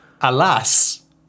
Alas